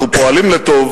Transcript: אנחנו פועלים לטוב,